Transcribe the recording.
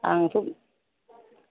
आंथ'